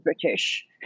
British